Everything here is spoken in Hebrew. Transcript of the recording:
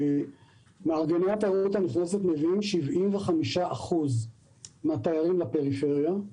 מארגני התיירות הנכנסת מביאים 75% מן התיירים לפריפריה,